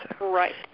Right